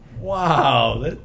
Wow